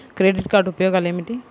Credit card ఉపయోగాలు ఏమిటి?